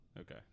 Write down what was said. Okay